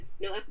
no